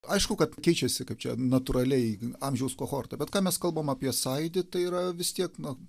aišku kad keičiasi kaip čia natūraliai amžiaus kohorta ką mes kalbam apie sąjūdį tai yra vis tiek na